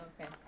Okay